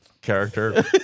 character